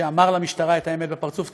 שאמר למשטרה את האמת בפרצוף.